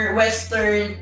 western